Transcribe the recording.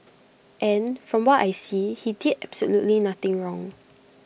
and from what I see he did absolutely nothing wrong